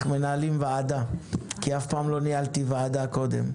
מנהלים ועדה כי אף פעם לא ניהלתי ועדה קודם.